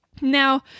Now